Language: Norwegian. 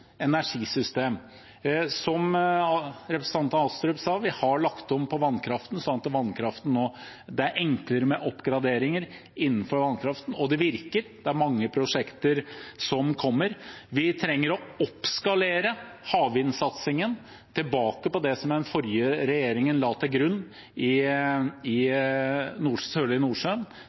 energisystem. Som representanten Astrup sa: Vi har lagt om på vannkraften, sånn at det nå er enklere med oppgraderinger innenfor vannkraften. Og det virker; det er mange prosjekter som kommer. Vi trenger å oppskalere havvindsatsingen, tilbake til det som den forrige regjeringen la til grunn i